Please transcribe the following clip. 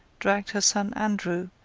dragged her son andrew,